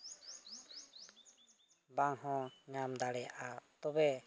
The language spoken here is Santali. ᱵᱟᱝ ᱦᱚᱸ ᱧᱟᱢ ᱫᱟᱲᱮᱭᱟᱜᱼᱟ ᱛᱚᱵᱮ